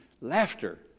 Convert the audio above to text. laughter